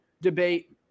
debate